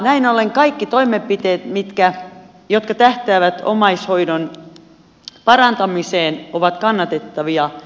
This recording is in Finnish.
näin ollen kaikki toimenpiteet jotka tähtäävät omaishoidon parantamiseen ovat kannatettavia